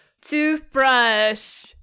toothbrush